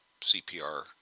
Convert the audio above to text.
CPR